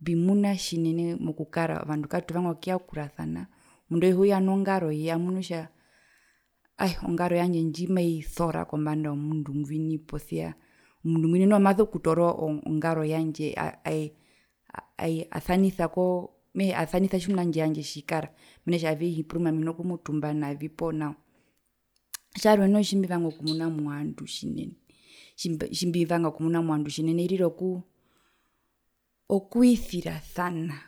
Mbimuna tjinene omundu auhe uya nongaroye amu kokutja aee ongaro yandje ondjimaisora kombanda omundu ngwina posia omundu ngwina noho maso kutoora ongaro yandje aa ae asanisa koo mehee asanisa tjimuna indji yandje tjikara mena kutjavii porumwe hina kumutumba navi poo nao tjarwe noho tjimbivanga okumuna movandu tjinene tjimbe tjimbivanga okumuna movandu tjinene okwisirasana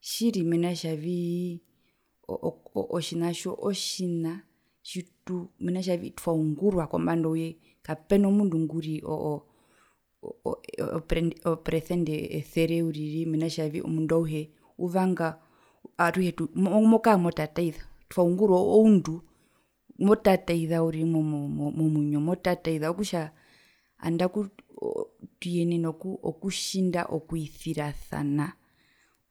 tjiri tjiri otjina tjo otjina tjituu mena kutjavi twaungurwa kombanda ouye kapena mundu nguri oo oo operende operesende esere uriri mena kutjavi omundu auhe uvanga aruhe tuu mokaa motataiza twaungurwa oundu motataiza uriri mo mo momwinyo motataiza okutja nandaku tuyenena oku okutjindaa okwisirasana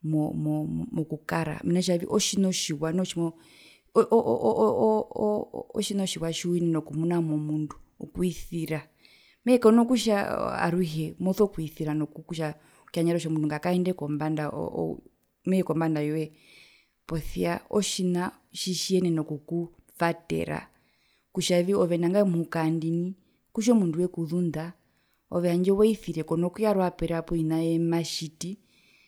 mo mo mokukara mena kutjavii otjina otjiwa noho tjimo oo oo oo otjina otjiwa tjiuyenena okumuna momundu okwisira mehee kona kutja aruhe moso kwisira kutja okuyandjera kutja omundu ngakaende kombanda mehee kombanda yoe posia otjina tjitjiyenena okuku okuvatera kutjavi ove nangae muhuka aandini kutja omundu wekuzunda ove handje waisire kona kuyaruraperapo vina eembimatjiti.